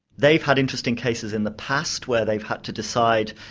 they've had interesting cases in the past where they've had to decide,